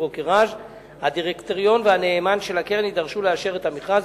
ברוקראז'; הדירקטוריון והנאמן של הקרן יידרשו לאשר את המכרז,